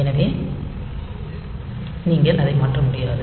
எனவே நீங்கள் அதை மாற்ற முடியாது